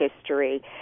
history